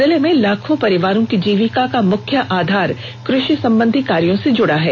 जिले में लाखों परिवारों की जीविका का मुख्य आधार कृषि संबंधी कार्यों से जुड़ा है